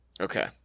Okay